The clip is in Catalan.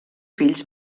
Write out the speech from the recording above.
fills